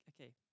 okay